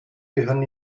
gehören